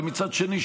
ומצד שני,